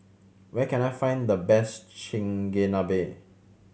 where can I find the best Chigenabe